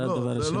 זה הדבר השני.